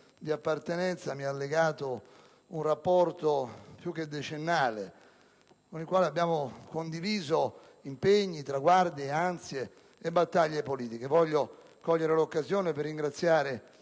di appartenenza, mi ha legato un rapporto più che decennale; con il quale abbiamo condiviso impegni, traguardi, ansie e battaglie politiche. Voglio cogliere l'occasione per ringraziare